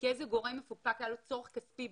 כי איזה גורם מפוקפק, היה לו צורך כספי.